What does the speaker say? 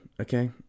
okay